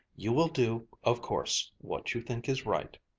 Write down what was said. you will do, of course, what you think is right.